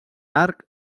arc